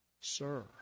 Sir